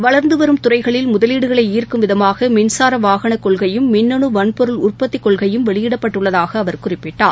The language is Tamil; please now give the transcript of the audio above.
வள்ந்துவரும் துறைகளில் முதலீடுகளைஈ்க்கும் விதமாகமின்சாரவாகனகொள்கையும் மின்னணுவன்பொருள் உற்பத்திக் கொள்கையும் வெளியிடப்பட்டுள்ளதாகஅவர் குறிப்பிட்டார்